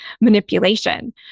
manipulation